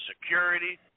security